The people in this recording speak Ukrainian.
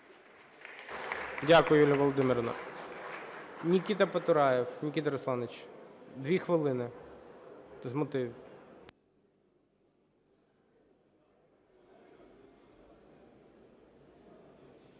Дякую, Юлія Володимирівна.